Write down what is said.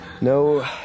No